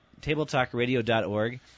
Tabletalkradio.org